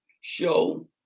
show